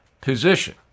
position